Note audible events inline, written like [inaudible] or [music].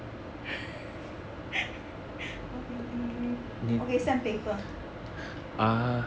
[laughs] okay okay sand paper